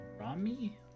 rami